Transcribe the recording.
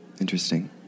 Interesting